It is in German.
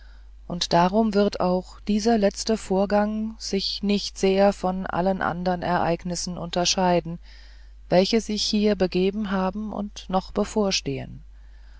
und darum wird auch dieser letzte vorgang sich nicht sehr von allen anderen ereignissen unterscheiden welche sich hier begeben haben und noch bevorstehen